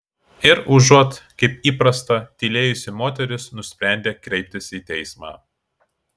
ir užuot kaip įprasta tylėjusi moteris nusprendė kreiptis į teismą